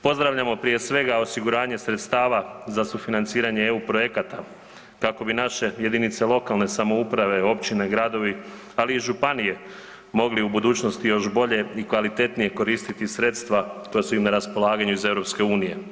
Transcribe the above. Pozdravljamo prije svega osiguranje sredstava za sufinanciranje eu projekata kako bi naše jedinice lokalne samouprave, općine, gradovi, ali i županije mogli u budućnosti još bolje i kvalitetnije koristiti sredstva koja su im na raspolaganju iz EU.